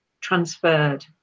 transferred